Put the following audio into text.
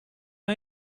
are